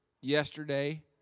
yesterday